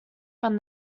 from